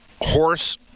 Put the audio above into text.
Horse